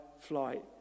flight